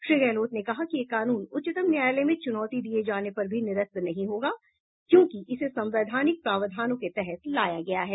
श्री गहलोत ने कहा कि यह कानून उच्चतम न्यायालय में चुनौती दिये जाने पर भी निरस्त नहीं होगा क्योंकि इसे संवैधानिक प्रावधानों के तहत लाया गया है